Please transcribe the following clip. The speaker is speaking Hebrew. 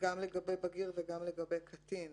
גם לגבי בגיר וגם לגבי קטין.